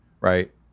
right